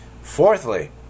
Fourthly